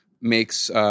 makes –